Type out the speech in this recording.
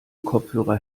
kopfhörer